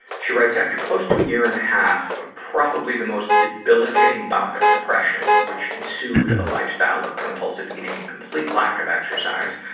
she writes, after close to a year and a half of probably the most debilitating bout of depression, which ensued a lifestyle of compulsive eating and complete lack of exercise,